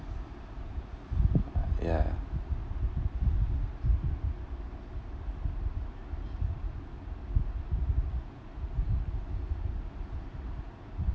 ya